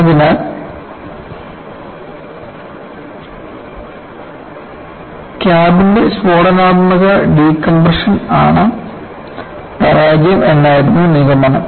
അതിനാൽ ക്യാബിന്റെ സ്ഫോടനാത്മക ഡികംപ്രഷൻ ആണ് പരാജയം എന്നായിരുന്നു നിഗമനം